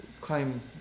climb